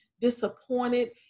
disappointed